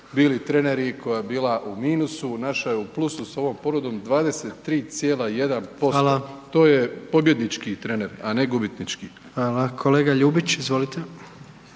bili treneri, koja je bila u minusu, naša je u plusu s ovom ponudom 23,1%, to je pobjednički trener, a ne gubitnički. **Jandroković, Gordan